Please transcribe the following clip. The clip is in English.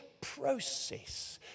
process